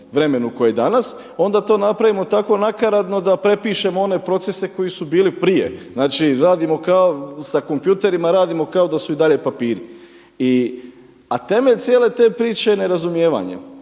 vremenu koje je danas, onda to napravimo tako nakaradno da prepišemo one procese koji su bili prije. Radimo sa kompjuterima kao da su i dalje papiri. A temelj cijele te priče je nerazumijevanje.